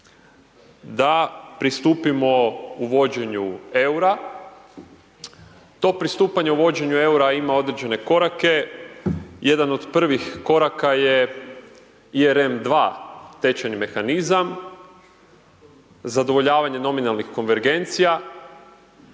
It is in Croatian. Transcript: da pristupimo uvođenju EUR-a, to pristupanje uvođenju EUR-a, ima određene korake. Jedan od prvih koraka je ERM 2 tečajni mehanizam, zadovoljavanje nominalnih konvergencija